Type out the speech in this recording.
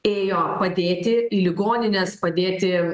ėjo padėti į ligonines padėti